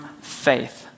faith